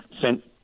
sent